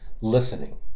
listening